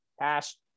past